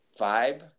vibe